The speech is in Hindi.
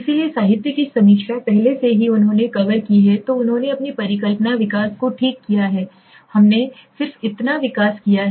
इसलिए साहित्य की समीक्षा पहले से ही उन्होंने कवर की है तो उन्होंने अपनी परिकल्पना विकास को ठीक किया है हमने सिर्फ इतना विकास किया है